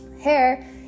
hair